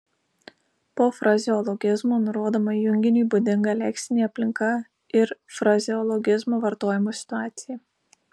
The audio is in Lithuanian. po frazeologizmo nurodoma junginiui būdinga leksinė aplinka ir frazeologizmo vartojimo situacija